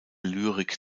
lyrik